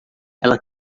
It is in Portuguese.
ela